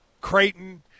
Creighton